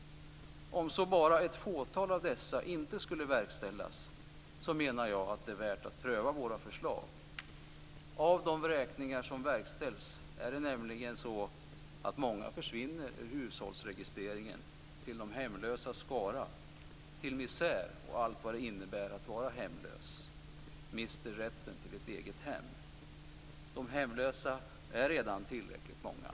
Om så bara ett fåtal av dessa inte skulle verkställas, menar jag att det är värt att pröva våra förslag. Av de människor som vräks är det nämligen så att många försvinner ur hushållsregistreringen till de hemlösas skara, till misär och allt vad det innebär att vara hemlös. De mister rätten till ett eget hem. De hemlösa är redan tillräckligt många.